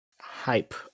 hype